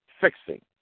fixing